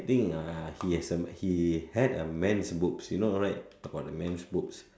think uh he has a he had a men's boobs you know right about the men boobs